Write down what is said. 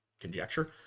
conjecture